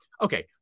okay